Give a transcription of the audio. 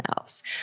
else